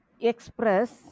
express